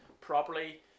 properly